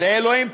לאלוהים פתרונים.